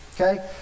okay